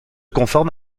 conforme